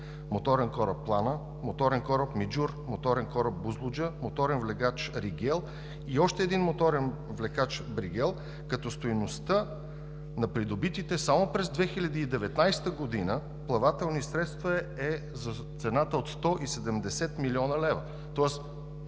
моторен кораб „Плана“, моторен кораб „Миджур“, моторен кораб „Бузлуджа“, моторен влекач „Бригел“ и още един моторен влекач „Бригел“, като стойността на придобитите само през 2019 г. плавателни средства е на цена от 170 млн. лв.